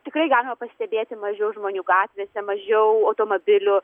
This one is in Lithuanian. tikrai galima pastebėti mažiau žmonių gatvėse mažiau automobilių